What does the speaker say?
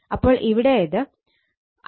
അപ്പോൾ ഇവിടെ അത് Ia 2